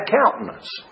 countenance